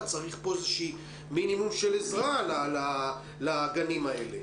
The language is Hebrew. אז צריך פה איזושהי מינימום של עזרה לגנים האלה,